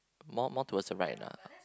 more more towards the right lah